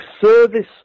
service